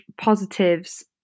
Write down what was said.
positives